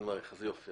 יופי.